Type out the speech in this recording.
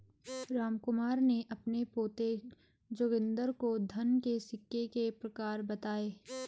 रामकुमार ने अपने पोते जोगिंदर को धन के सिक्के के प्रकार बताएं